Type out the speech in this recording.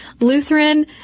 Lutheran